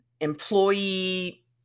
Employee